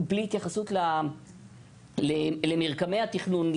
בלי התייחסות למרקמי התכנון.